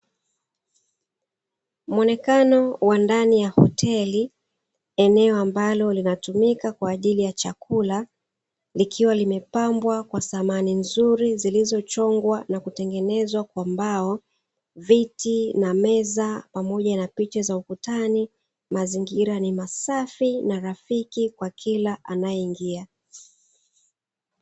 Muonekani wa ndani ya hoteli eneo ambalo linatumika kwa ajili ya chakula, likiwa limepambwa kwa samani nzuri zilizochongwa na kutengenezwa kwa mbao; viti na meza pamoja na picha za ukutani. Mazingira ni masafi na rafiki kwa kila anayeingia.